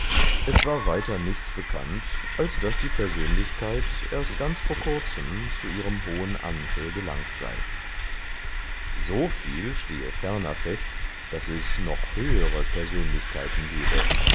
es war weiter nichts bekannt als daß die persönlichkeit erst ganz vor kurzem zu ihrem hohen amte gelangt sei soviel stehe ferner fest daß es noch höhere persönlichkeiten gebe